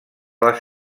les